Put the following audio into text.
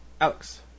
Alex